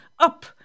Up